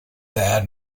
that